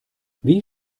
wie